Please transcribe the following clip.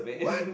what